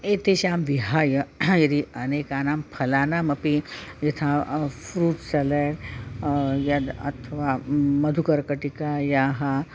एतेषां विहाय यदि अनेकानां फलानामपि यथा फ़्रूट् सलेड् यद् अथवा मधुकर्कटिकायाः